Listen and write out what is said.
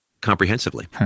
comprehensively